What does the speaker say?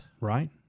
Right